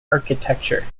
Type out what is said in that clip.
architecture